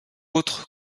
autres